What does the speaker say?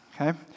okay